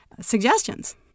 suggestions